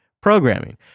Programming